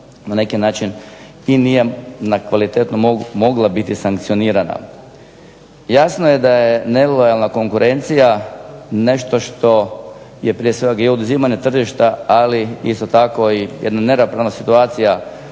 na neki način i nije na kvalitetno mogla biti sankcionirana. Jasno je da je nelojalna konkurencija nešto što je prije svega i oduzimanje tržišta ali isto tako i jedno neravnopravna situacija